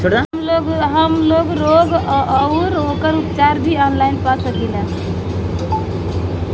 हमलोग रोग अउर ओकर उपचार भी ऑनलाइन पा सकीला?